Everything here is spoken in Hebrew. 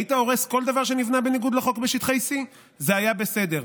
היית הורס כל דבר שנבנה בניגוד לחוק בשטחי C. זה היה בסדר,